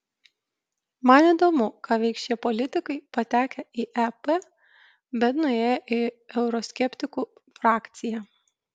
man įdomu ką veiks šie politikai patekę į ep bet nuėję į euroskeptikų frakciją